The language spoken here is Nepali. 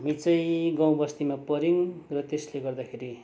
हामी चाहिँ गाउँबस्तीमा पर्यौँ र त्यसले गर्दाखेरि